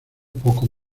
poco